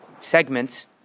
segments